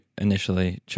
initially